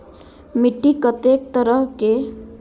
मिट्टी कतेक तरह के?